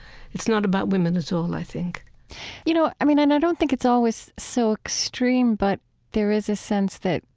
it's not about women at all, i think you know, i mean, and i don't think it's always so extreme, but there is a sense that,